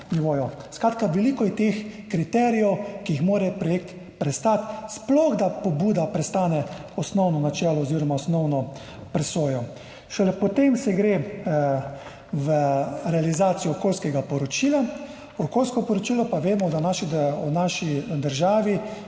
Skratka, veliko je teh kriterijev, ki jih mora projekt prestati, da pobuda sploh prestane osnovno načelo oziroma osnovno presojo. Šele potem se gre v realizacijo okoljskega poročila, okoljsko poročilo pa vemo, da je v naši državi